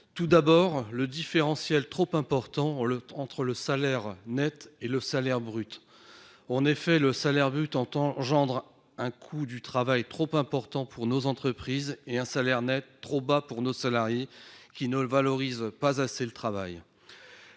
est le différentiel trop important entre salaire net et salaire brut. En effet, le salaire brut engendre un coût du travail trop élevé pour nos entreprises et un salaire net trop bas pour nos salariés, ce qui ne valorise pas assez le travail.